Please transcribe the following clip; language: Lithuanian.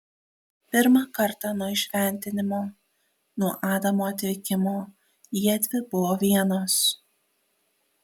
pirmą kartą nuo įšventinimo nuo adamo atvykimo jiedvi buvo vienos